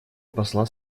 посла